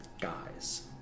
guys